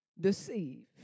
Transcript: deceived